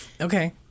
okay